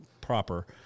proper